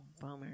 bummer